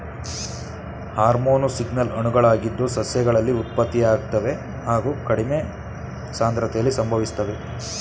hormone signal ಅಣುಗಳಾಗಿದ್ದು ಸಸ್ಯಗಳಲ್ಲಿ ಉತ್ಪತ್ತಿಯಾಗ್ತವೆ ಹಾಗು ಕಡಿಮೆ ಸಾಂದ್ರತೆಲಿ ಸಂಭವಿಸ್ತವೆ